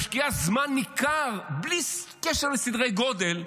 משקיעה זמן ניכר, בלי קשר לסדרי גודל,